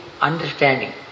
understanding